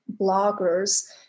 bloggers